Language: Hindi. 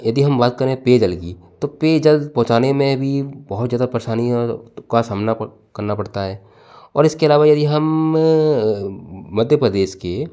यदि हम बात करें पेयजल की तो पेयजल पहुंचाने में भी बहोत ज्यादा परेशानियों का सामना करना पड़ता है और इसके अलावा यदि हम मध्य प्रदेश के